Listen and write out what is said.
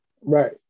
Right